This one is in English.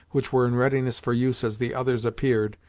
which were in readiness for use as the others appeared,